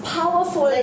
powerful